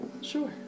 Sure